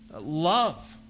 Love